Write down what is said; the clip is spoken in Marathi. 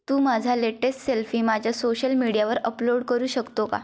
तू माझा लेटेस सेल्फी माझ्या सोशल मीडियावर अपलोड करू शकतो का